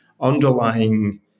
underlying